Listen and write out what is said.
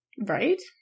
Right